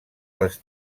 les